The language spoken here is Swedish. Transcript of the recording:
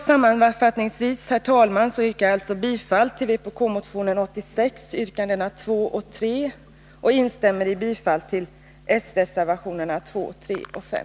Sammanfattningsvis, herr talman, yrkar jag bifall till vpk-motion 86, yrkandena 2 och 3, samt instämmer i yrkandet om bifall till de socialdemokratiska reservationerna 2, 3 och 5.